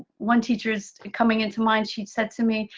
one teacher is coming into mind, she said to me,